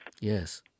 Yes